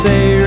Say